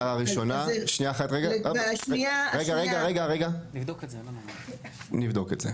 נבדוק את זה.